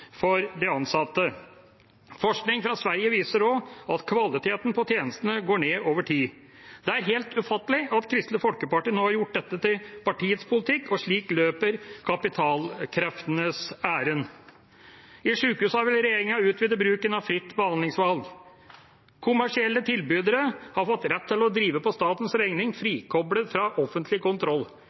for de ansatte. Forskning fra Sverige viser også at kvaliteten på tjenestene går ned over tid. Det er helt ufattelig at Kristelig Folkeparti nå har gjort dette til partiets politikk, og slik løper kapitalkreftenes ærend. I sykehusene vil regjeringa utvide bruken av fritt behandlingsvalg. Kommersielle tilbydere har fått rett til å drive på statens regning, frikoblet fra offentlig kontroll.